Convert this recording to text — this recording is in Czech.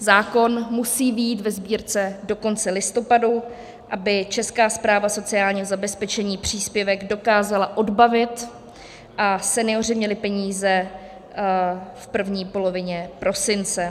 Zákon musí být ve Sbírce do konce listopadu, aby Česká správa sociálního zabezpečení příspěvek dokázala odbavit a senioři měli peníze v první polovině prosince.